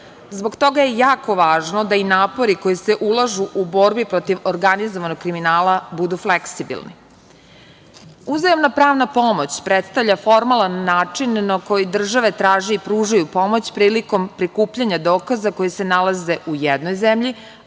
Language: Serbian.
Zbog toga je jako važno da i napori koji se ulažu u borbi protiv organizovanog kriminala budu fleksibilni. Uzajamna pravna pomoć predstavlja formalan način na koji države traže i pružaju pomoć, prilikom prikupljanja dokaza koje se nalaze u jednoj zemlji,